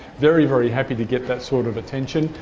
very, very happy to get that sort of attention,